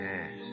Yes